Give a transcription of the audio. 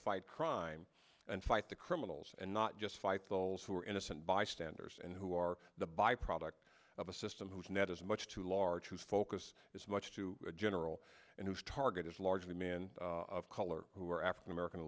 fight crime and fight the criminals and not just fight balls who are innocent bystanders and who are the byproduct of a system whose net is much too large whose focus is much too general and whose target is largely men of color who are african american